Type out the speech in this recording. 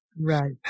Right